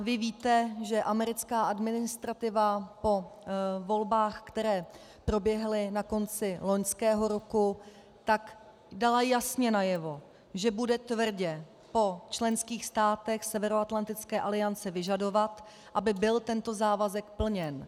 Vy víte, že americká administrativa po volbách, které proběhly na konci loňského roku, dala jasně najevo, že bude tvrdě po členských státech Severoatlantické aliance vyžadovat, aby byl tento závazek plněn.